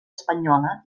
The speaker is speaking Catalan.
espanyola